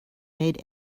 made